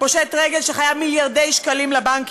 פושט רגל שחייב מיליארדי שקלים לבנקים.